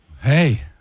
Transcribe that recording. Hey